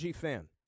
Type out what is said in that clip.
fan